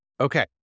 Okay